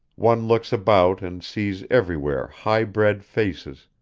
one looks about and sees everywhere high-bred faces,